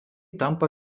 tampa